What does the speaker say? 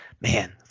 man